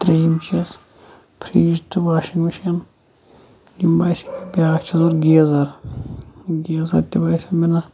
ترٚیٚیِم چیٖز پھِرِج تہٕ washing machine یِم باسے مےٚ بیاکھ چیٖز اور گیٖزَر گیٖزَر تہِ باسیٚو مےٚ نہَ